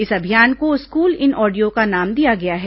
इस अभियान को स्कूल इन ऑडियो नाम दिया गया है